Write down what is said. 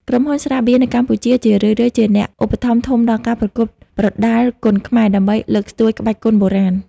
ក្រុមហ៊ុន ស្រាបៀរ នៅកម្ពុជា ជារឿយៗជាអ្នកឧបត្ថម្ភធំដល់ការប្រកួតប្រដាល់គុនខ្មែរ ដើម្បីលើកស្ទួយក្បាច់គុនបុរាណ។